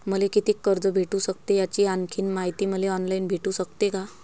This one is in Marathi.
मले कितीक कर्ज भेटू सकते, याची आणखीन मायती मले ऑनलाईन भेटू सकते का?